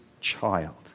child